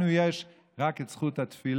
לנו יש רק את זכות התפילה.